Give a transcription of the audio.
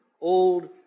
old